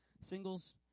Singles